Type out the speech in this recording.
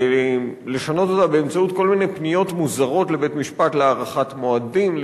לשנות אותה באמצעות כל מיני פניות מוזרות לבית-משפט: להארכת מועדים,